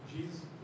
Jesus